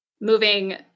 moving